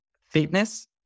fitness